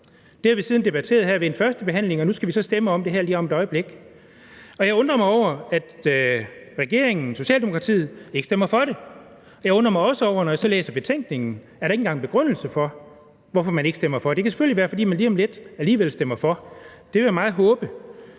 Det har vi siden debatteret her ved en førstebehandling, og nu skal vi så stemme om det her lige om et øjeblik. Jeg undrer mig over, at regeringen – Socialdemokratiet – ikke stemmer for det. Jeg undrer mig også over, når jeg så læser betænkningen, at der ikke engang er en begrundelse for, hvorfor man ikke stemmer for. Det kan selvfølgelig være, fordi man lige om lidt alligevel stemmer for. Det vil jeg meget håbe.